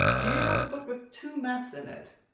do you have a book with two maps in it?